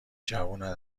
جوونن